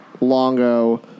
Longo